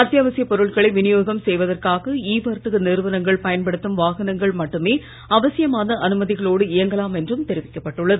அத்தியாவசியப் பொருட்களை விநியோகம் செய்வதற்காக இ வர்த்தக நிறுவனங்கள் பயன்படுத்தும் வாகனங்கள் மட்டுமே அவசியமான அனுமதிகளோடு இயங்கலாம் என்றும் தெரிவிக்கப் பட்டுள்ளது